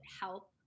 help